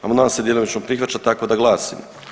Amandman se djelomično prihvaća tako da glasi.